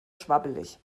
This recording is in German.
schwabbelig